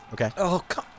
Okay